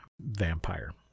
vampire